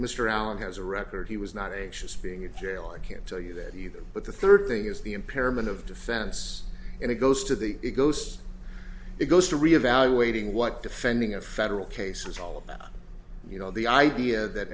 mr allen has a record he was not a being in jail i can't tell you that either but the third thing is the impairment of defense and it goes to the it goes it goes to reevaluating what defending a federal case is all about you know the idea that